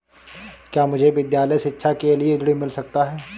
क्या मुझे विद्यालय शिक्षा के लिए ऋण मिल सकता है?